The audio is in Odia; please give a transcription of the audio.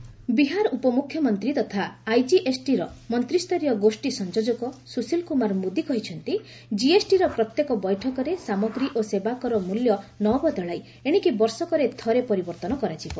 ଜିଏସ୍ଟି ବିହାର ଉପମୁଖ୍ୟମନ୍ତ୍ରୀ ତଥା ଆଇଜିଏସ୍ଟିର ମନ୍ତ୍ରିସରୀୟ ଗୋଷ୍ଠୀ ସଂଯୋଗକ ସୁଶିଲ୍ କୁମାର ମୋଦି କହିଛନ୍ତି କିଏସ୍ଟିର ପ୍ରତ୍ୟେକ ବୈଠକରେ ସାମଗ୍ରୀ ଓ ସେବା କର ମୂଲ୍ୟ ନ ବଦଳାଇ ଏଶିକି ବର୍ଷକରେ ଥରେ ପରିବର୍ତ୍ତନ କରାଯିବ